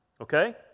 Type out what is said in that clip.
Okay